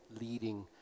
leading